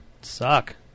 suck